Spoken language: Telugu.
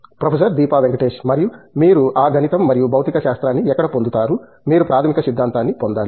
ప్రొఫెసర్ దీపా వెంకటేష్ మరియు మీరు ఆ గణితం మరియు భౌతిక శాస్త్రాన్ని ఎక్కడ పొందుతారు మీరు ప్రాథమిక సిద్ధాంతాన్ని పొందాలి